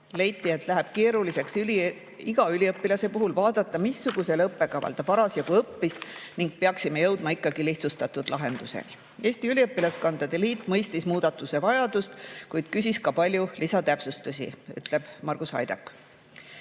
Leiti, et läheb keeruliseks iga üliõpilase puhul vaadata, missugusel õppekaval ta parasjagu õppis, ning peaksime jõudma ikkagi lihtsustatud lahenduseni. Eesti Üliõpilaskondade Liit mõistis muudatuse vajadust, kuid küsis ka palju lisatäpsustusi, ütles Margus Haidak.